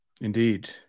Indeed